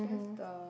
the